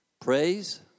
Praise